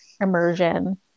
immersion